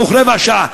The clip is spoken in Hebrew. בתוך רבע שעה.